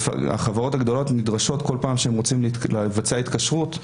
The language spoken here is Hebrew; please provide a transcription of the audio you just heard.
החברות הגדולות נדרשות כל פעם שהן רוצות לבצע התקשרות,